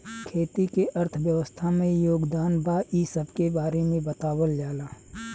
खेती के अर्थव्यवस्था में योगदान बा इ सबके बारे में बतावल जाला